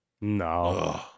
No